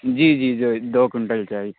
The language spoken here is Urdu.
جی جی جو دو کنٹل چاہیے